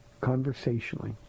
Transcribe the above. conversationally